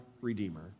redeemer